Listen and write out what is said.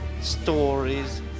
stories